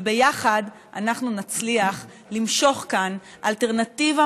וביחד אנחנו נצליח למשוך כאן אלטרנטיבה